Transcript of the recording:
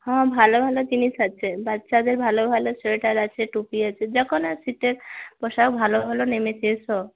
হাঁ ভালো ভালো জিনিস আছে বাচ্চাদের ভালো ভালো সোয়েটার আছে টুপি আছে যে কোনো শীতের পোশাক ভালো ভালো নেমেছে এসো